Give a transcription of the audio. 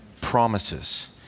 promises